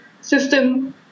system